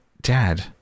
Dad